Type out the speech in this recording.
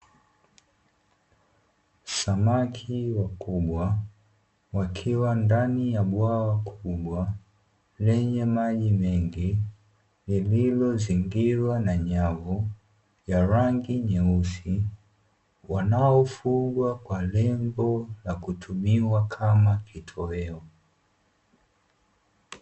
Samaki wakubwa wakiwa ndani ya bwawa kubwa, lenye maji mengi lililozingirwa na nyavu ya rangi nyeusi, wanaofugwa kwa lengo la kutumiwa kama kitoweo.